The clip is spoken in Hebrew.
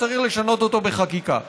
וצריך לשנות אותו בחקיקה.